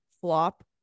flop